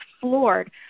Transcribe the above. floored